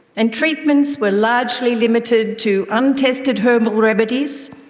and treatments were largely limited to untested herbal remedies,